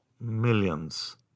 Millions